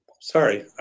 sorry